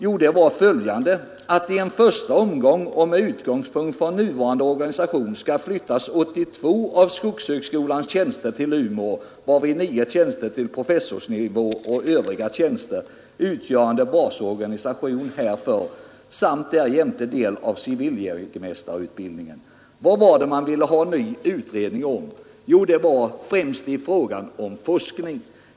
Jo, ”att i en första omgång och med utgångspunkt från nuvarande organisation skall flyttas 82 av skogshögskolans tjänster till Umeå, varav 9 tjänster på professorsnivå och övriga tjänster utgörande basorganisationen härför samt därjämte del av civiljägmästarutbildningen”. Vad var det man ville ha en ny utredning om? Jo, det var främst i fråga om forskningen.